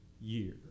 year